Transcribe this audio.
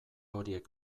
horiek